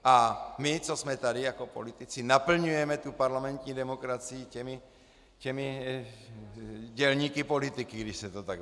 A my, co jsme tady jako politici, naplňujeme parlamentní demokracii těmi dělníky politiky, když se to tak vezme.